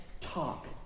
talk